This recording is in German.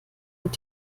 wird